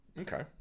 Okay